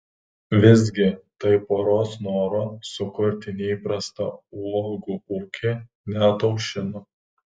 visgi tai poros noro sukurti neįprastą uogų ūkį neataušino